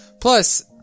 Plus